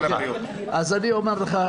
אומר לך,